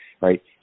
Right